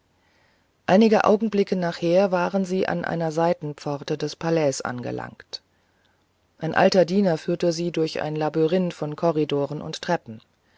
wenige augenblicke nachher waren sie an einer seitenpforte des palais angelangt ein alter diener führte sie durch ein labyrinth von korridoren und treppen